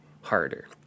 harder